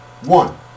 one